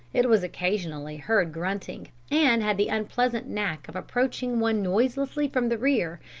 it was occasionally heard grunting, and had the unpleasant knack of approaching one noiselessly from the rear,